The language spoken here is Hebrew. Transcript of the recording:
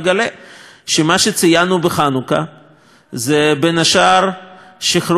שמה שציינו בחנוכה הוא בין השאר שחרור הר-הבית